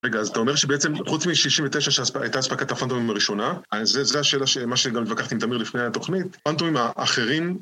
רגע, אז אתה אומר שבעצם חוץ משישים ותשע שהייתה הספקת הפנטומים הראשונה? זה השאלה ש... מה שגם התווכחתי עם תמיר לפני התוכנית. הפנטומים האחרים...